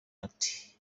ati